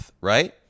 right